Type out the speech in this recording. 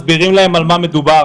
האם מסבירים להם על מה מדובר.